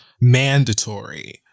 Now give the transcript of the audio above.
mandatory